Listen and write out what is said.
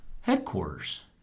headquarters